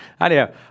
anyhow